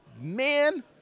man